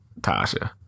Tasha